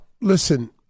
Listen